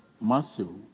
Matthew